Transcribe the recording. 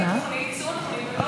ויישום התוכנית,